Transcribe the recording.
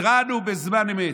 התרענו בזמן אמת,